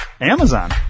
amazon